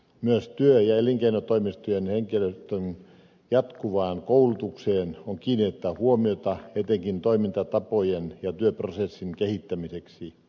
myös työ ja elinkeinotoimistojen henkilöstön jatkuvaan koulutukseen on kiinnitettävä huomiota etenkin toimintatapojen ja työprosessien kehittämiseksi